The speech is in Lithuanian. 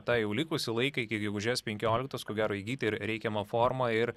tą jau likusį laiką iki gegužės penkioliktos ko gero įgyti ir reikiamą formą ir